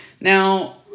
Now